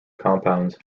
compounds